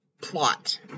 plot